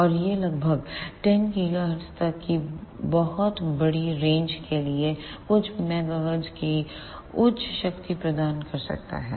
और यह लगभग 10 GHz तक की बहुत बड़ी रेंज के लिए कुछ मेगाहर्ट्ज की उच्च शक्ति प्रदान कर सकता है